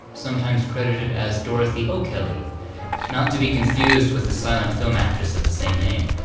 sometimes credited as dorothy o'kelly not to be confused with the silent film actress of the same name.